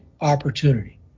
opportunity